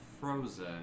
frozen